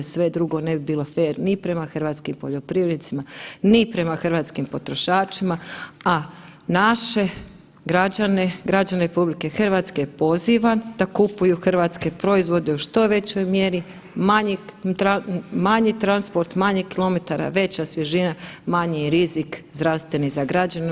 Sve drugo ne bi bilo fer ni prema hrvatskim poljoprivrednicima, ni prema hrvatskim potrošačima, a naše građane, građane RH pozivam da kupuju hrvatske proizvode u što većoj mjeri, manji transport, manje kilometara, veća svježina, manji rizik zdravstveni za građane.